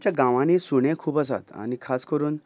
आमच्या गांवांनी सुणे खूब आसात आनी खास करून